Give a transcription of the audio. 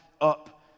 up